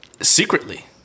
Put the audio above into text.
secretly